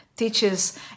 teaches